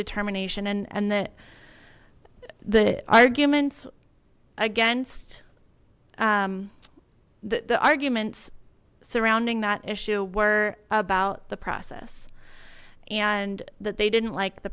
determination and that the arguments against the the arguments surrounding that issue were about the process and that they didn't like the